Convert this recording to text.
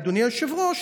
אדוני היושב-ראש,